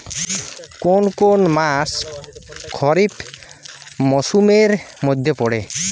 কোন কোন মাস খরিফ মরসুমের মধ্যে পড়ে?